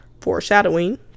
foreshadowing